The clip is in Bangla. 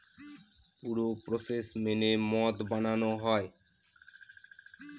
পুরো প্রসেস মেনে মদ বানানো হয়